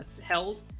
held